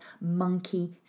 monkey